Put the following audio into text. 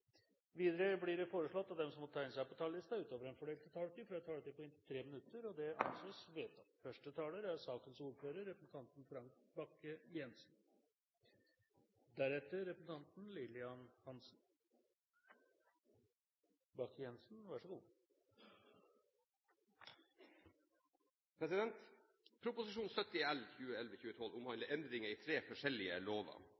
Videre blir det foreslått at de som måtte tegne seg på talerlisten utover den fordelte taletid, får en taletid på inntil 3 minutter. – Det anses vedtatt. Prop. 70 L for 2011–2012 omhandler endringer i tre forskjellige lover.